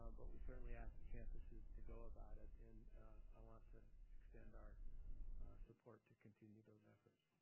um but we certainly asked the campuses to go about it and i want to extend our support to continue those efforts.